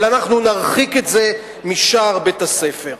אבל אנחנו נרחיק את זה משער בית-הספר.